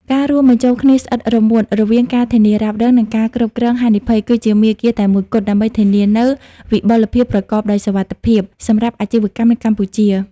ការរួមបញ្ចូលគ្នាស្អិតរមួតរវាងការធានារ៉ាប់រង និងការគ្រប់គ្រងហានិភ័យ គឺជាមាគ៌ាតែមួយគត់ដើម្បីធានានូវ "វិបុលភាពប្រកបដោយសុវត្ថិភាព" សម្រាប់អាជីវកម្មនៅកម្ពុជា។